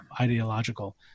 ideological